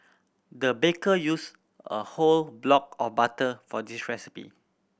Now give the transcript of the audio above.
the baker use a whole block of butter for this recipe